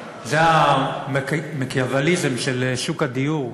זה המקיאווליזם של שוק הדיור,